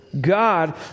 God